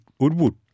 Woodwood